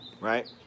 Right